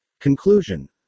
Conclusion